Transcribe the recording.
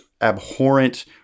abhorrent